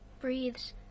breathes